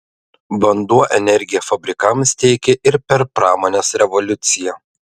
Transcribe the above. vanduo energiją fabrikams teikė ir per pramonės revoliuciją